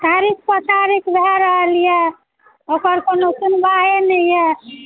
तारीख पर तारीख भय रहल यऽ ओकर कोनो सुन्बाहे ने यऽ